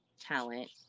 talent